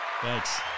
Thanks